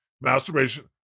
Masturbation